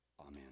Amen